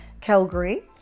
Calgary